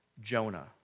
Jonah